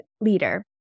leader